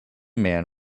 man